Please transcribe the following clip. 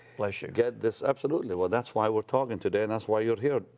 bless you. get this. absolutely, well, that's why we're talking today and that's why you're here,